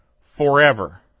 forever